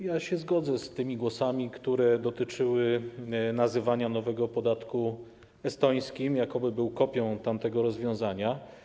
Ja się zgodzę z tymi głosami, które dotyczyły nazywania nowego podatku estońskim, jakoby był kopią tamtego rozwiązania.